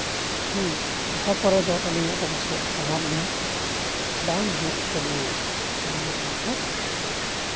ᱦᱮᱸ ᱟᱥᱟ ᱠᱚᱨᱮᱫᱚ ᱟᱹᱞᱤᱧᱟᱜ ᱫᱚ ᱯᱟᱥᱮᱡ ᱚᱵᱷᱟᱵᱽ ᱫᱚ ᱵᱟᱝ ᱦᱩᱭᱩᱜ ᱛᱟ ᱞᱤᱧᱟ ᱡᱟᱦᱟᱱᱟᱜ ᱨᱮᱦᱚᱸ